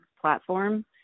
platform